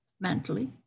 mentally